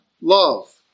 love